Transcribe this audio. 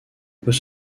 peut